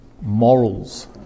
Morals